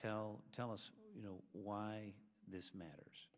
tell tell us you know why this matters